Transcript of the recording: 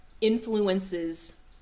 influences